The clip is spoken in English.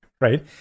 right